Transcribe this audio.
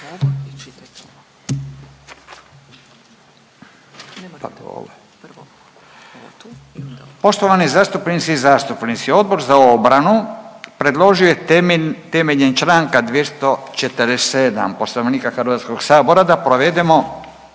Poštovani zastupnici i zastupnici, Odbor za obranu predložio je temeljem čl. 247. Poslovnika HS da provedemo